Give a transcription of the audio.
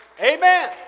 Amen